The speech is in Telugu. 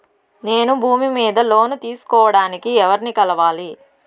నేను భూమి మీద లోను తీసుకోడానికి ఎవర్ని కలవాలి?